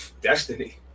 Destiny